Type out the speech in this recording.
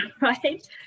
right